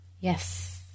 yes